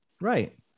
Right